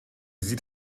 sieht